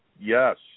yes